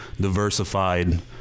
diversified